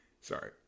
Sorry